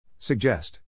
Suggest